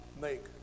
make